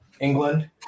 England